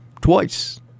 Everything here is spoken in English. twice